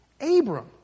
Abram